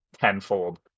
tenfold